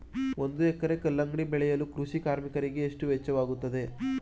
ಒಂದು ಎಕರೆ ಕಲ್ಲಂಗಡಿ ಬೆಳೆಯಲು ಕೃಷಿ ಕಾರ್ಮಿಕರಿಗೆ ಎಷ್ಟು ವೆಚ್ಚವಾಗುತ್ತದೆ?